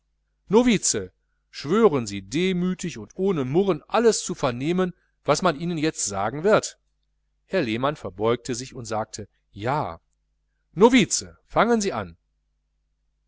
novize schwören sie demütig und ohne murren alles zu vernehmen was man ihnen jetzt sagen wird herr lehmann verbeugte sich und sagte ja novize fangen sie an